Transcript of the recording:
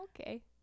okay